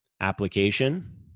application